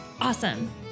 awesome